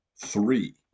three